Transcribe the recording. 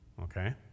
okay